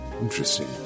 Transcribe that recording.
Interesting